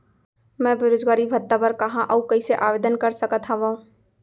मैं बेरोजगारी भत्ता बर कहाँ अऊ कइसे आवेदन कर सकत हओं?